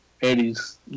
Eddie's